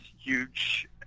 huge